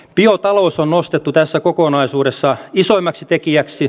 biotalous on nostettu tässä kokonaisuudessa isoimmaksi tekijäksi